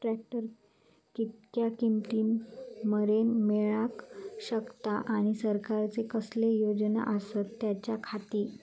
Tractor कितक्या किमती मरेन मेळाक शकता आनी सरकारचे कसले योजना आसत त्याच्याखाती?